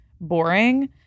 boring